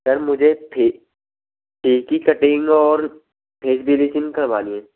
sir मुझे फे hair की कटिंग और फ़ेस ब्लीचिंग करवानी है